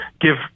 give